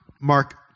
Mark